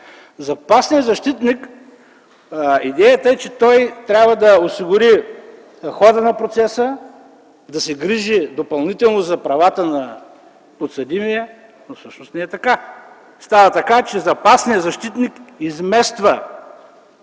запасния защитник идеята е, че той трябва да осигури хода на процеса, да се грижи допълнително за правата на подсъдимия, но всъщност не е така. Става така, че запасният защитник измества